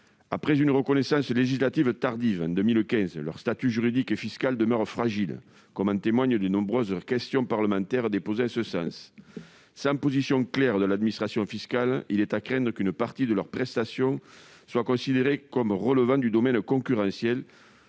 Après une reconnaissance législative tardive, en 2015, leur statut juridique et fiscal demeure fragile, comme en témoignent les nombreuses questions parlementaires déposées à cet égard. Sans une prise de position claire de l'administration fiscale, il est à craindre qu'une partie de leurs prestations ne soit considérée comme relevant du domaine concurrentiel.